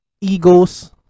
Egos